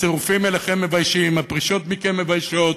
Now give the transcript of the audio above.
הצירופים אליכם מביישים, הפרישות מכם מביישות.